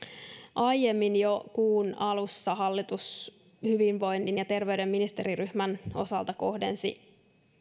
aiemmin jo kuun alussa hallitus hyvinvoinnin ja terveyden ministeriryhmän osalta kohdensi